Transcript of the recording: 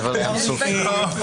זה ביטוי.